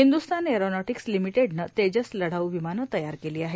Hindustan aeronautics लिमिटेडनं तेजस लढाऊ विमानं तयार केली आहेत